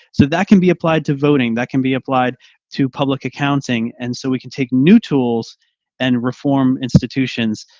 so that can be applied to voting that can be applied to public accounting. and so we can take new tools and reform institutions.